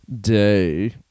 day